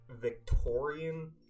Victorian